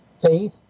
faith